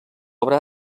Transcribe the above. obra